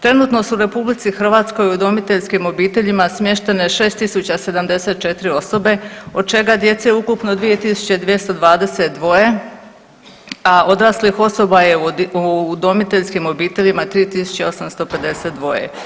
Trenutno su u RH u udomiteljskim obiteljima smještene 6074 osobe od čega djece ukupno 2222, a odraslih osoba je u udomiteljskim obiteljima 3852.